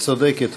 צודקת.